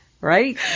Right